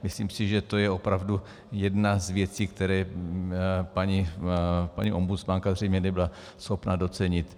Myslím si, že to je opravdu jedna z věcí, které paní ombudsmanka zřejmě nebyla schopna docenit.